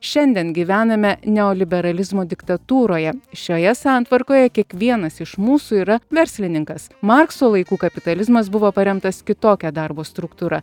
šiandien gyvename neoliberalizmo diktatūroje šioje santvarkoje kiekvienas iš mūsų yra verslininkas markso laikų kapitalizmas buvo paremtas kitokia darbo struktūra